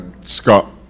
Scott